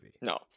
No